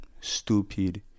stupid